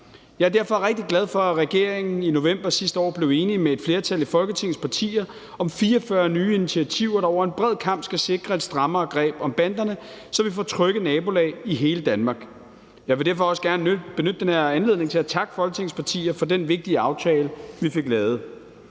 Jeg er derfor rigtig glad for, at regeringen i november sidste år blev enig med et flertal af Folketingets partier om 44 nye initiativer, der over en bred kam skal sikre et strammere greb om banderne, så vi får trygge nabolag i hele Danmark. Jeg vil derfor også gerne benytte den her anledning til at takke Folketingets partier for den vigtige aftale, vi fik lavet.